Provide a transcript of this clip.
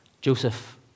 Joseph